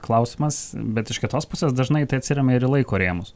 klausimas bet iš kitos pusės dažnai tai atsiremia ir laiko rėmus